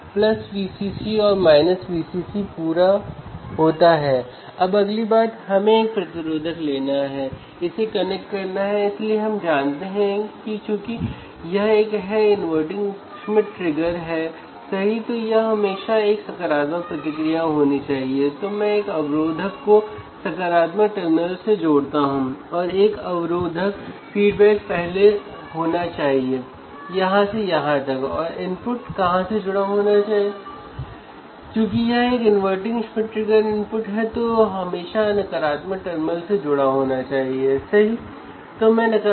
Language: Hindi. तो मुझे व्हीटस्टोन ब्रिज वोल्टेज पर लागू करना था और अगर व्हीटस्टोन ब्रिज को ठीक से ट्यून किया जाता है तो मेरा आउटपुट वोल्टेज 0 होगा है ना